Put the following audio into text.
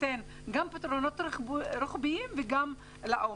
ניתן גם פתרונות רוחביים וגם לעומק.